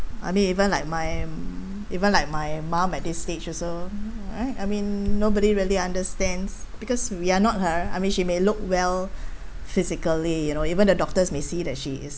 I mean even like my m~ even like my mum at this stage also right I mean nobody really understands because we're not her I mean she may look well physically you know even the doctors may see that she is